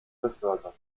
befördert